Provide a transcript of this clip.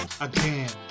again